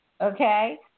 Okay